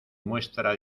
muestra